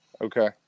okay